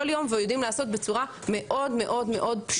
יום ויודעים לעשות בצורה מאוד פשוטה,